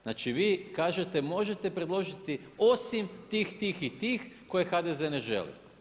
Znači vi kažete možete preložiti, osim tih, tih i tih, koje HDZ ne želi.